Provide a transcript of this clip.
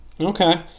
Okay